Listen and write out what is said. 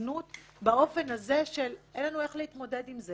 הזנות באופן הזה של אין לנו איך להתמודד עם זה